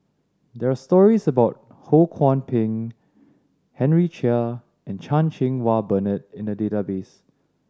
there are stories about Ho Kwon Ping Henry Chia and Chan Cheng Wah Bernard in the database